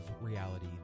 reality